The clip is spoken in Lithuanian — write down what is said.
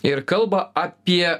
ir kalba apie